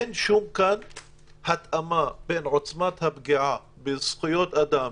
אין כאן שום התאמה בין עוצמת הפגיעה בזכויות אדם,